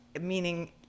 meaning